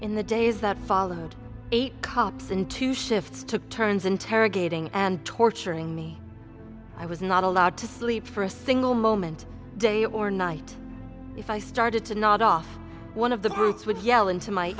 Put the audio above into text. in the days that followed eight cops in two shifts took turns interrogating and torturing me i was not allowed to sleep for a single moment day or night if i started to nod off one of them would yell into my